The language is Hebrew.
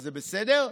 וזה בסדר,